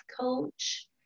coach